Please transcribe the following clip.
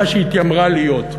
מה שהתיימרה להיות.